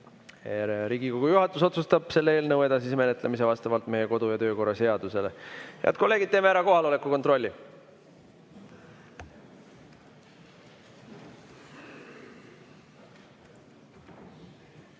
Riigikogu juhatus otsustab selle eelnõu edasise menetlemise vastavalt meie kodu‑ ja töökorra seadusele. Head kolleegid, teeme ära kohaloleku kontrolli.